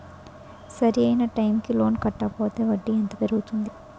సరి అయినా టైం కి లోన్ కట్టకపోతే వడ్డీ ఎంత పెరుగుతుంది?